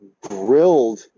grilled